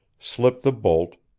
slipped the bolt,